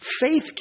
faith